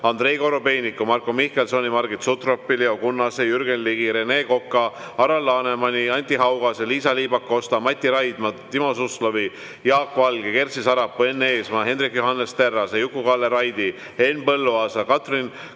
Andrei Korobeiniku, Marko Mihkelsoni, Margit Sutropi, Leo Kunnase, Jürgen Ligi, Rene Koka, Alar Lanemani, Anti Haugase, Liisa-Ly Pakosta, Mati Raidma, Timo Suslovi, Jaak Valge, Kersti Sarapuu, Enn Eesmaa, Hendrik Johannes Terrase, Juku-Kalle Raidi, Henn Põlluaasa, Katrin